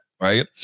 right